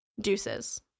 Deuces